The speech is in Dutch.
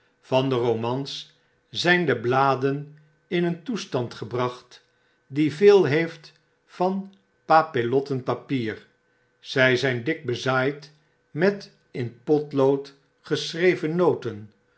van de romans zyn de bladen in een toestand gebracht die veel heeft van papillotten papier zij zyn dik bezaaid met in potlood geschreven noten